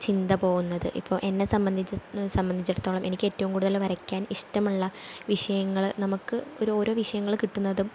ചിന്ത പോവുന്നത് ഇപ്പോൾ എന്നെ സംബന്ധിച്ചെന്നു സംബന്ധിച്ചടുത്തോളം എനിക്ക് ഏറ്റവും കൂടുതൽ വരയ്ക്കാൻ ഇഷ്ടമുള്ള വിഷയങ്ങൾ നമ്മൾക്ക് ഒരു ഓരോ വിഷയങ്ങൾ കിട്ടുന്നതും